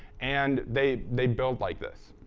and they they build like this.